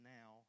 now